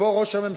ופה ראש הממשלה,